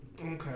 Okay